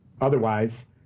Otherwise